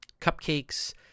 cupcakes